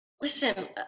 listen